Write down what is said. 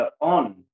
on